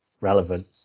relevant